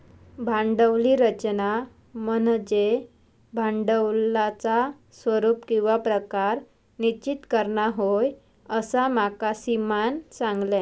भांडवली रचना म्हनज्ये भांडवलाचा स्वरूप किंवा प्रकार निश्चित करना होय, असा माका सीमानं सांगल्यान